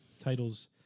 titles